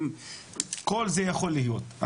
כל זה יכול להיות.